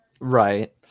right